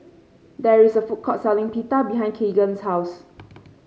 there is a food court selling Pita behind Keagan's house